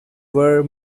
were